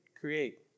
Create